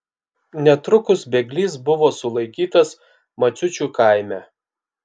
netrukus bėglys buvo sulaikytas maciučių kaime